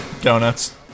Donuts